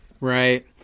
Right